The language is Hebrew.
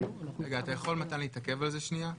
מתן, אתה יכול להתעכב על זה שנייה?